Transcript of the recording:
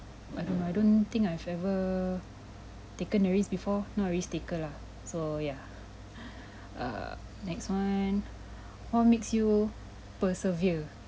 I don't I don't think I've ever taken a risk before not a risk taker lah so yeah err next one what makes you persevere